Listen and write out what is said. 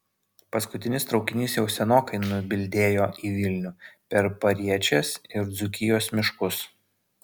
paskutinis traukinys jau senokai nubildėjo į vilnių per pariečės ir dzūkijos miškus